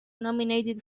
nominated